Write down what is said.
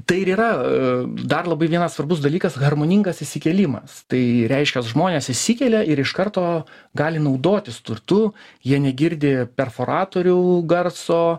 tai ir yra dar labai vienas svarbus dalykas harmoningas įsikėlimas tai reiškia žmonės įsikelia ir iš karto gali naudotis turtu jie negirdi perforatorių garso